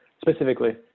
specifically